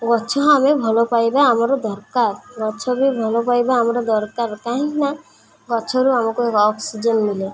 ଗଛ ଆମେ ଭଲ ପାଇବା ଆମର ଦରକାର ଗଛ ବି ଭଲ ପାଇବା ଆମର ଦରକାର କାହିଁକି ନା ଗଛରୁ ଆମକୁ ଅକ୍ସିଜେନ୍ ମିଳେ